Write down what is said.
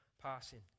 passing